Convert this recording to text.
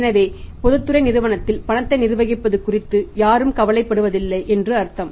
எனவே பொதுத்துறை நிறுவனத்தில் பணத்தை நிர்வகிப்பது குறித்து யாரும் கவலைப்படுவதில்லை என்று அர்த்தம்